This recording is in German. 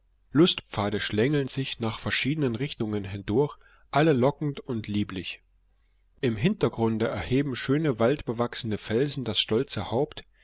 lustpfade schlängeln sich nach verschiedenen richtungen hindurch alle lockend und lieblich im hintergrunde erheben schöne waldbewachsene felsen das stolze haupt